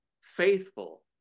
faithful